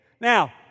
Now